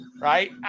right